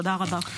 תודה רבה.